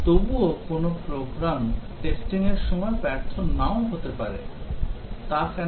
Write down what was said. তবুও কোনও program testing এর সময় ব্যর্থ নাও হতে পারে তা কেন